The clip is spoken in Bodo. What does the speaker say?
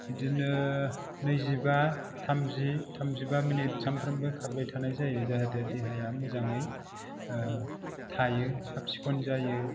बिदिनो नैजिबा थामजि थामजिबा मिनिट सानफ्रोमबो खारबाय थानाय जायो जाहाथे देहाया मोजाङै थायो साबसिखोन जायो